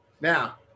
now